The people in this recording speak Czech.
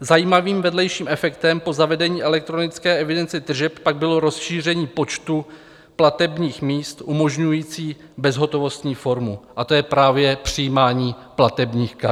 Zajímavým vedlejším efektem po zavedení elektronické evidence tržeb pak bylo rozšíření počtu platebních míst umožňujících bezhotovostní formu, a to je právě přijímání platebních karet.